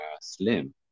slim